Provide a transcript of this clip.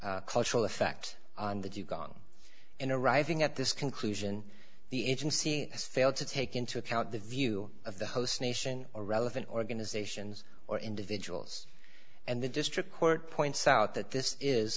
cultural effect on that you gong in arriving at this conclusion the agency has failed to take into account the view of the host nation or relevant organizations or individuals and the district court points out that this is